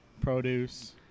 produce